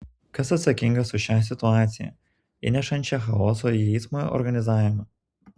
kas atsakingas už šią situaciją įnešančią chaoso į eismo organizavimą